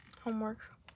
Homework